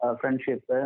friendship